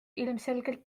ilmselgelt